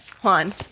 Juan